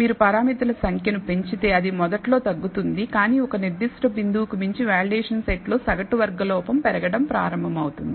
మీరు పారామితుల సంఖ్యను పెంచితే అది మొదట్లో తగ్గుతుంది కానీ ఒక నిర్దిష్ట బిందువుకు మించి వాలిడేషన్ సెట్లో సగటు వర్గ లోపం పెరగడం ప్రారంభమవుతుంది